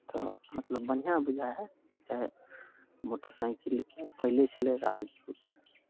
तऽ मतलब बढ़ियआँ बुझाइ हइ चाहे मोटरसाइकिल पहिले छलय राज